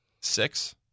Six